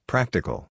Practical